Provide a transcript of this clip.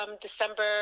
December